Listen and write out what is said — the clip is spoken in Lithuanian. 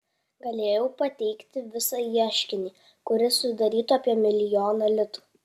galėjau pateikti visą ieškinį kuris sudarytų apie milijoną litų